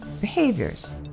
behaviors